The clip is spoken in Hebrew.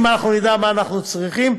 אם אנחנו נדע מה אנחנו צריכים,